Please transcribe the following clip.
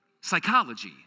Psychology